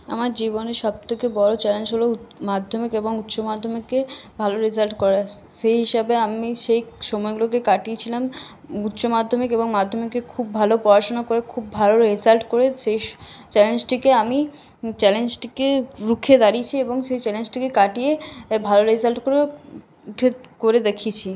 আমার জীবনের সব থেকে বড় চ্যালেঞ্জ হল মাধ্যমিক এবং উচ্চ মাধ্যমিকে ভালো রেজাল্ট করা সেই হিসেবে আমি সেই সময়গুলিকে কাটিয়েছিলাম উচ্চ মাধ্যমিকে এবং মাধ্যমিকে খুব ভালো পড়াশুনা করে খুব ভালো রেজাল্ট করে সেই চ্যালেঞ্জটিকে আমি চ্যালেঞ্জটিকে রুখে দাঁড়িয়েছি এবং সেই চ্যালেঞ্জটিকে কাটিয়েও ভালো রেজাল্ট করে উঠে করে দেখিয়েছি